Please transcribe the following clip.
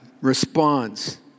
response